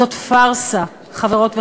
זאת פארסה, חברות וחברים.